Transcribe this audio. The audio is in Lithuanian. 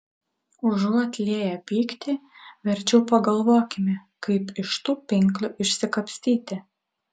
užuot lieję pyktį verčiau pagalvokime kaip iš tų pinklių išsikapstyti